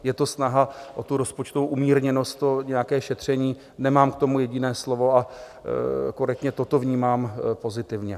Je to snaha o tu rozpočtovou umírněnost, o nějaké šetření, nemám k tomu jediné slovo a korektně toto vnímám pozitivně.